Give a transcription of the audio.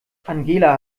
angela